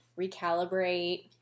recalibrate